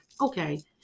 okay